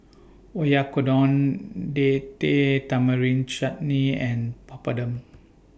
Oyakodon Date Tamarind Chutney and Papadum